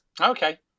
okay